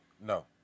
No